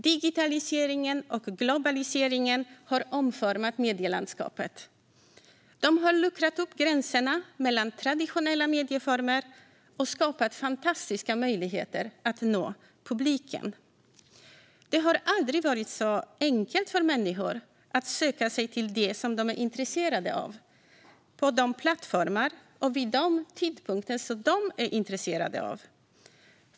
Digitaliseringen och globaliseringen har omformat medielandskapet. De har luckrat upp gränserna mellan traditionella medieformer och skapat fantastiska möjligheter att nå publiken. Det har aldrig varit så enkelt för människor att söka sig till det som de är intresserade av, på de plattformar och vid de tidpunkter som de är intresserade av.